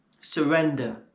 Surrender